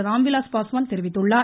ராம்விலாஸ் பாஸ்வான் தெரிவித்துள்ளார்